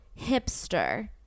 hipster